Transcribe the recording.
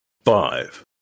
Five